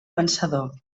vencedor